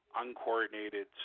uncoordinated